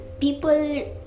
people